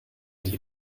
die